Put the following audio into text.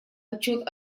отчет